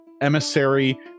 emissary